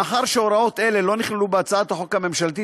מאחר שהוראות אלו לא נכללו בהצעת החוק הממשלתית,